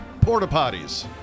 porta-potties